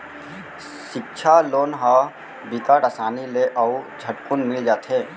सिक्छा लोन ह बिकट असानी ले अउ झटकुन मिल जाथे